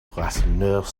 rasseneur